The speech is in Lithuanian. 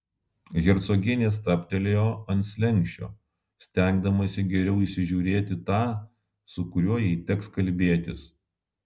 hercogienė stabtelėjo ant slenksčio stengdamasi geriau įsižiūrėti tą su kuriuo jai teks kalbėtis